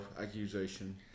accusation